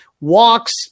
walks